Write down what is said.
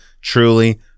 truly